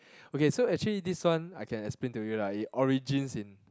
okay so actually this one I can explain to you lah it origins in